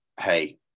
hey